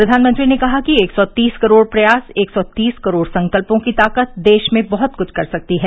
प्रधानमंत्री ने कहा कि एक सौ तीस करोड़ प्रयास एक सौ तीस करोड़ संकल्यों की ताकत देश में बहत कुछ कर सकती है